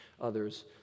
others